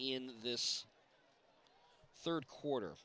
in this third quarter